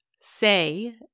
say